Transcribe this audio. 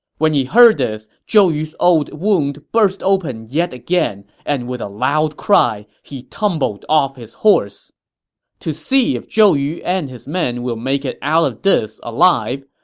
when he heard this, zhou yu's old wound burst open yet again, and with a loud cry, he tumbled off his horse to see if zhou yu and his men will make it out of this alive,